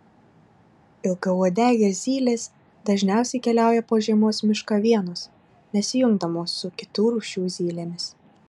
ilgauodegės zylės dažniausiai keliauja po žiemos mišką vienos nesijungdamos su kitų rūšių zylėmis